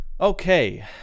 Okay